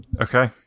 Okay